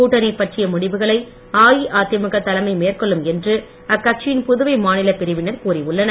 கூட்டணி பற்றிய முடிவுகளை அஇஅதிமுக தலைமை மேற்கொள்ளும் என்று அக்கட்சியின் புதுவை மாநில பிரிவினர் கூறியுள்ளனர்